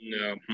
No